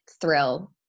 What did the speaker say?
thrill